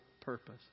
purpose